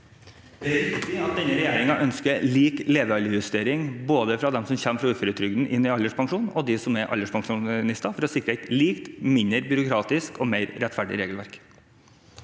Det er riktig at denne regjeringen ønsker lik levealdersjustering både for dem som går fra uføretrygd og til alderspensjon, og for dem som er alderspensjonister, for å sikre et likt, mindre byråkratisk og mer rettferdig regelverk.